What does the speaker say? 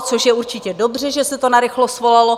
Což je určitě dobře, že se to narychlo svolalo.